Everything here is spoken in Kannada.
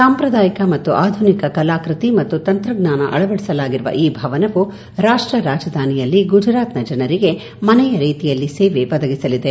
ಸಾಂಪ್ರದಾಯಿಕ ಮತ್ತು ಆಧುನಿಕ ಕಲಾಕೃತಿ ಮತ್ತು ತಂತ್ರಜ್ಞಾನ ಅಳವಡಿಸಲಾಗಿರುವ ಈ ಭವನವು ರಾಷ್ಟ ರಾಜಧಾನಿಯಲ್ಲಿ ಗುಜರಾತ್ನ ಜನರಿಗೆ ಮನೆಯ ರೀತಿಯಲ್ಲಿ ಸೇವೆ ಒದಗಿಸಲಿದೆ